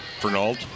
Fernald